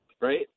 right